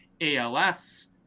ALS